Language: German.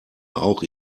auch